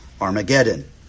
Armageddon